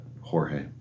Jorge